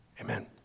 Amen